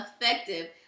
effective